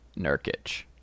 Nurkic